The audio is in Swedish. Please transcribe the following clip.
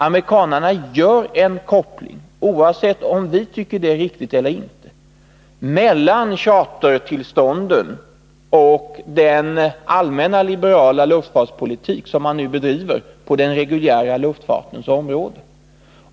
Amerikanarna gör en koppling — oavsett om vi tycker det är riktigt eller inte — mellan chartertillstånden och den allmänna liberala luftfartspolitik som de nu bedriver på den reguljära luftfartens område.